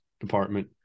Department